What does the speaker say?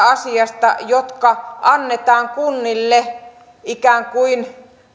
asiasta jotka annetaan kunnille ikään kuin